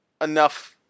enough